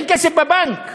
אין כסף בבנק.